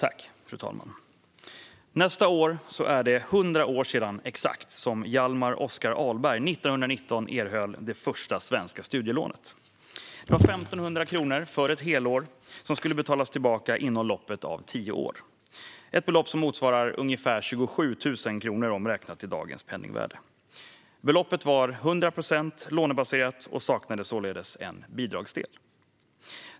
Fru talman! Nästa år är det exakt 100 år sedan Hjalmar Oskar Ahlberg år 1919 erhöll det första svenska studielånet. Det var 1 500 kronor för ett helår som skulle betalas tillbaka inom loppet av tio år. Det är ett belopp som motsvarar ungefär 27 000 kronor omräknat till dagens penningvärde. Beloppet var till 100 procent lånebaserat och saknade således en bidragsdel.